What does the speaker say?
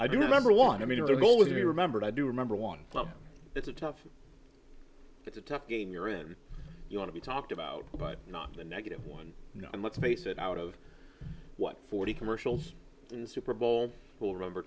do remember one i mean their goal was to be remembered i do remember one it's a tough it's a tough game you're in you want to be talked about but not the negative one and let's face it out of what forty commercials in super bowl will remember